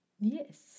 Yes